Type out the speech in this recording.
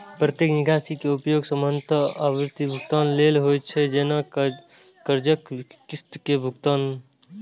प्रत्यक्ष निकासी के उपयोग सामान्यतः आवर्ती भुगतान लेल होइ छै, जैना कर्जक किस्त के भुगतान